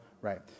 right